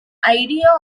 idea